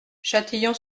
châtillon